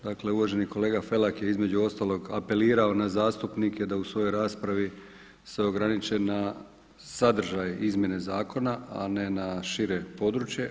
Dakle, uvaženi kolega Felak je između ostalog apelirao na zastupnike da u svojoj raspravi se ograniče na sadržaj izmjene zakona a ne na šire područje.